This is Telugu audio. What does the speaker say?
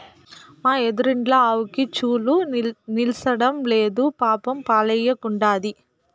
మా ఎదురిండ్ల ఆవుకి చూలు నిల్సడంలేదు పాపం పాలియ్యకుండాది